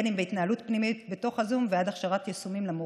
אם בהתנהלות פנימית בתוך הזום ואם בהכשרת המורים